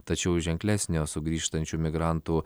tačiau ženklesnio sugrįžtančių migrantų